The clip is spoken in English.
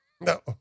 No